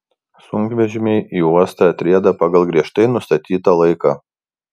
sunkvežimiai į uostą atrieda pagal griežtai nustatytą laiką